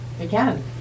Again